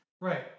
Right